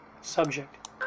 subject